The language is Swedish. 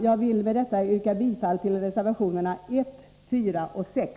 Jag vill med detta yrka bifall till reservationerna 1, 4 och 6.